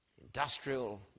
industrial